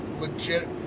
legit